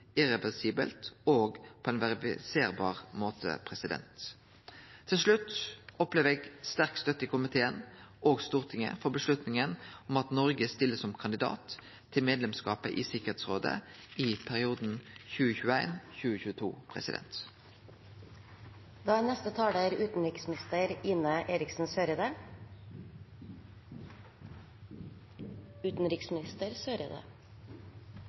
irreversibelt og på ein verifiserbar måte. Til slutt: Eg opplever sterk støtte i komiteen og Stortinget for vedtaket om at Noreg stiller som kandidat til medlemskapet i Tryggingsrådet i perioden